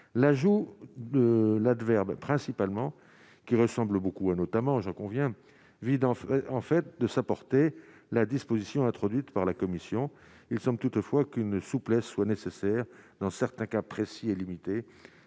l'ajout de l'adverbe principalement qui ressemble beaucoup à notamment, j'en conviens, vide en fait de sa portée la disposition introduite par la commission, ils sont toutefois qu'une souplesse soit nécessaire dans certains cas précis et limités,